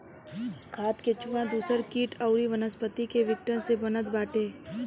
खाद केचुआ दूसर किट अउरी वनस्पति के विघटन से बनत बाटे